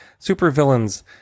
supervillains